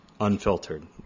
unfiltered